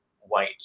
white